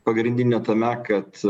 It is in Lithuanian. pagrindinė tame kad